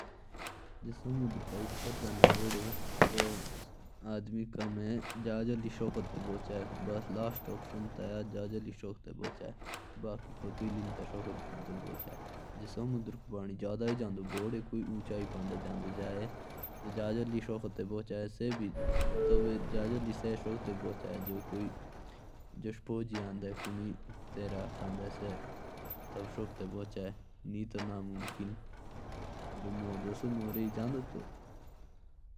जैसे अगर बाढ़ आ जाएगी तो सबसे पहले तो हम उच्ची जगह चले जाएंगे। फिर अगर कोई बचाने आएगा तो बच जाएंगे अगर नहीं आया तो फिर बह जाएंगे।